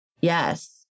yes